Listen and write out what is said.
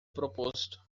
proposto